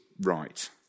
right